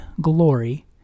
glory